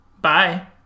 Bye